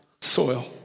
soil